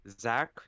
zach